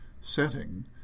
setting